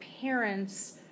parents